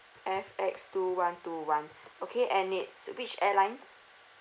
F X two one two one okay and it's which airlines